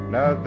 Now